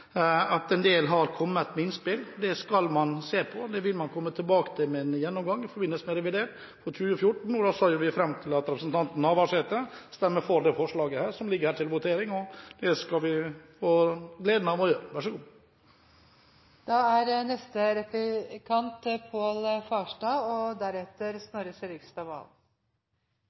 at en del har kommet med innspill. Dette skal man se på og komme tilbake til med en gjennomgang i forbindelse med revidert statsbudsjett for 2014. Da ser vi fram til at representanten Navarsete stemmer for det forslaget som ligger her til votering, og det skal vi ha gleden av å gjøre – vær så god. I NHOs økonomibarometer for årets siste kvartal meldes det om bekymringer for utviklingen i norsk økonomi. Dette er